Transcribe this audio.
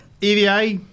EVA